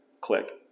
Click